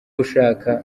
ushaka